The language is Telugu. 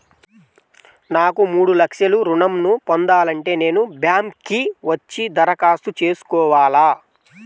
నాకు మూడు లక్షలు ఋణం ను పొందాలంటే నేను బ్యాంక్కి వచ్చి దరఖాస్తు చేసుకోవాలా?